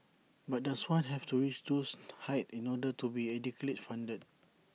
but does one have to reach those heights in order to be adequately funded